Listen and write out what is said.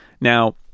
Now